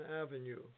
Avenue